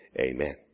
Amen